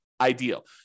ideal